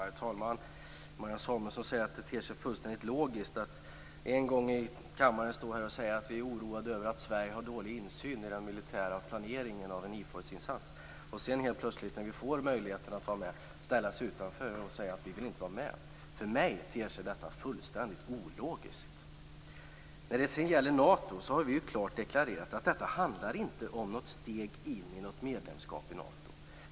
Herr talman! Marianne Samuelsson säger att det ter sig fullständigt logiskt att en gång i kammaren säga att man är oroad över att Sverige har dåligt insyn i den militära planeringen av en IFOR-insats, och sedan helt plötsligt, när vi fått möjlighet att vara med, ställa sig utanför att säga att man inte vill vara med. För mig ter sig detta fullständigt ologiskt! Vi har klart deklarerat att det inte handlar om något steg mot medlemskap i Nato.